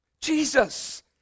jesus